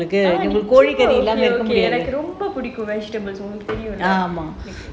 எனக்கு நிஜமா எனக்கு ரொம்ப பிடிக்கும் உங்களுக்கு தெரியும்ல:enakku nijamaa enakku romba pidikum ungalukku teriyumla